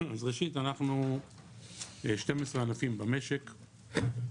אז ראשית אנחנו 12 ענפים במשק,